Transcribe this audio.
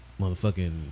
motherfucking